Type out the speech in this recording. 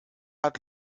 hat